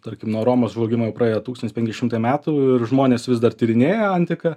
tarkim nuo romos žlugimo jau praėjo tūkstantis penki šimtai metų ir žmonės vis dar tyrinėja antiką